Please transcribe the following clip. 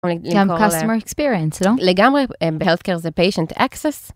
לגמרי בhealthcare זה patient access.